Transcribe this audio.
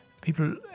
people